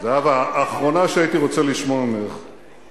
זהבה, האחרונה שהייתי רוצה לשמוע, ממך.